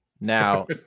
Now